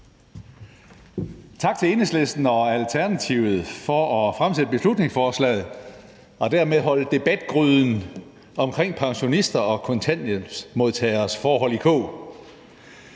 Tak til Enhedslisten og Alternativet for at fremsætte beslutningsforslaget og dermed holde debatgryden omkring pensionister og kontanthjælpsmodtageres forhold i kog.